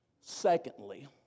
Secondly